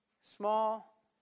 Small